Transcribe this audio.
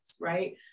right